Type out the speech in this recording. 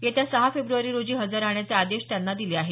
येत्या सहा फेब्रवारी रोजी हजर राहण्याचे आदेश त्यात दिले आहेत